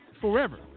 forever